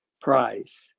prize